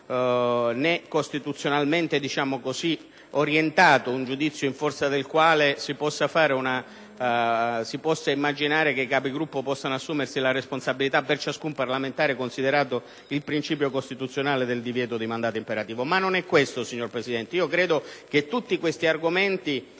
né costituzionalmente orientato un giudizio in forza del quale si immagini che i Capigruppo possano assumersi la responsabilità per ciascun parlamentare, considerato il principio costituzionale del divieto di mandato imperativo. Ma non è questo, signor Presidente. Credo che tutti questi argomenti,